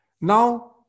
now